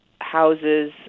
houses